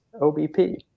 OBP